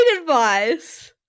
advice